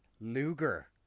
Luger